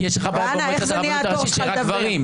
יש לך בעיה במועצת הרבנות הראשית שהיא רק גברים?